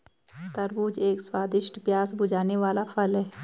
तरबूज एक स्वादिष्ट, प्यास बुझाने वाला फल है